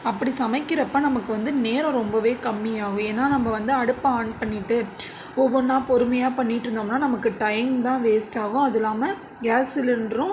அப்படி சமைக்கிறப்போ நமக்கு வந்து நேரம் ரொம்பவே கம்மியாவும் ஏன்னா நம்ப வந்து அடுப்பை ஆன் பண்ணிட்டு ஒவ்வொன்றா பொறுமையா பண்ணிட்டு இருந்தோம்னா நமக்கு டைம் தான் வேஸ்ட் ஆகும் அது இல்லாமல் கேஸ் சிலிண்டரும்